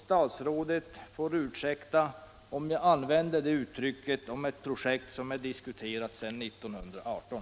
Statsrådet får ursäkta att jag använder det uttrycket om ett projekt som är diskuterat sedan 1918.